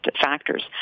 factors